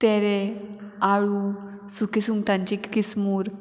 तेरे आळू सुकी सुंगटांची किसमूर